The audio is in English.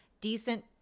decent